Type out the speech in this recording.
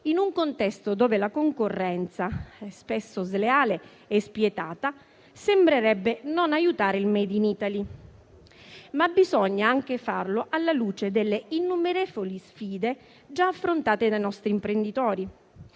in un contesto dove la concorrenza, spesso sleale e spietata, sembrerebbe non aiutare il *made in Italy*. Bisogna farlo anche alla luce delle innumerevoli sfide già affrontate dai nostri imprenditori,